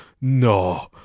No